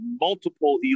multiple